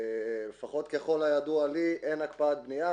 לפחות ככל הידוע לי אין הקפאת בניה.